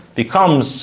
becomes